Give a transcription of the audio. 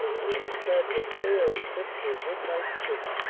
till each bed was fair and fit for a good night's sleep.